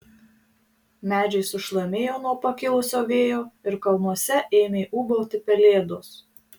medžiai sušlamėjo nuo pakilusio vėjo ir kalnuose ėmė ūbauti pelėdos